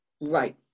Right